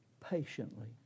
patiently